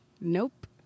nope